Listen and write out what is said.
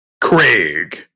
Craig